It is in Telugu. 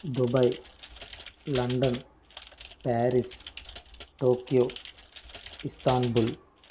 Dubai London Paris Tokyo Istanbul